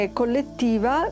collettiva